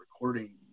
recording